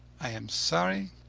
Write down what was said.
i am sorry,